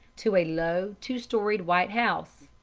to a low, two-storied white house.